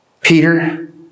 Peter